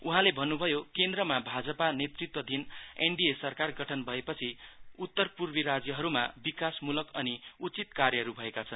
उहाँले भन्नुभयोकेन्द्रमा भाजपा नेतृत्वाधिन एनडीए सरकार गठन भएपछि उत्तरपूर्वि राज्यहरुमा विकास मूलक अनि उचित कार्यहरु भएका छन्